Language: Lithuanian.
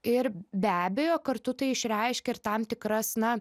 ir be abejo kartu tai išreiškia ir tam tikras na